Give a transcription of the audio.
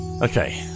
Okay